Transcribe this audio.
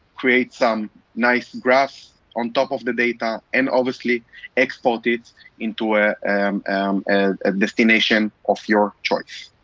create some nice graphs on top of the data, and obviously export it into a um um and ah destination of your choice.